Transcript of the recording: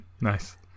nice